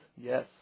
yes